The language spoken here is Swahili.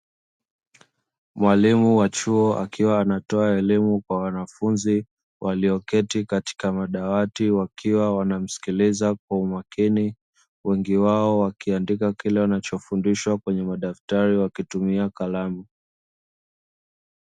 Mwalimu wa chuo akiwa anatoa elimu kwa wanafunzi walioketi katika madawati wakiwa wanamskiliza kwa umakini. Wengi wao wakiandika kile wanachofundishwa kwenye madaftari wakitumia kalamu.